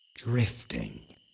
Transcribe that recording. drifting